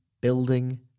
building